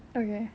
okay